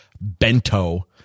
bento